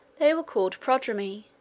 they were called prodromi,